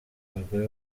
abagore